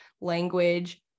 language